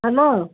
hello